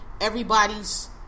everybody's